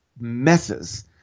messes